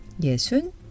yesun